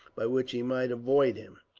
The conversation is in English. by which he might avoid him.